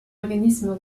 organisme